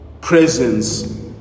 presence